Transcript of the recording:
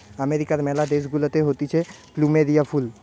আমেরিকার ম্যালা দেশ গুলাতে হতিছে প্লুমেরিয়া ফুল